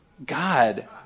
God